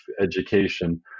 education